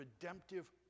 redemptive